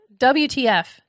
WTF